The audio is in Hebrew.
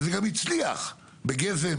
וזה גם הצליח בגזם,